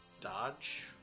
dodge